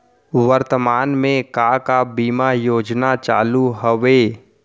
वर्तमान में का का बीमा योजना चालू हवये